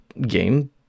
game